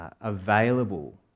available